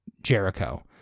Jericho